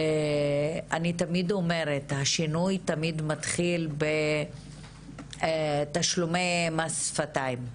אני תמיד אומרת השינוי תמיד מתחיל בתשלומי מס שפתיים.